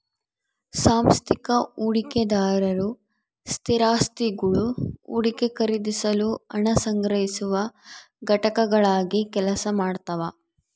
ಸಾಂಸ್ಥಿಕ ಹೂಡಿಕೆದಾರರು ಸ್ಥಿರಾಸ್ತಿಗುಳು ಹೂಡಿಕೆ ಖರೀದಿಸಲು ಹಣ ಸಂಗ್ರಹಿಸುವ ಘಟಕಗಳಾಗಿ ಕೆಲಸ ಮಾಡ್ತವ